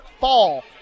fall